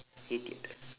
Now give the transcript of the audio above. idiot